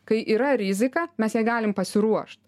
kai yra rizika mes jai galim pasiruošt